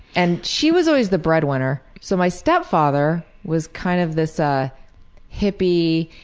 and she was always the breadwinner so my stepfather was kind of this ah hippie,